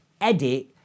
edit